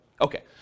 Okay